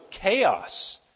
chaos